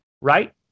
Right